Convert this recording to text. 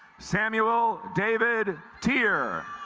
samuel david dear